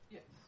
Yes